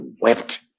wept